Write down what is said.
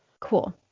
Cool